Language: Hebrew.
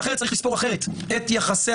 כי אחרת צריך לספור אחרת את יחסי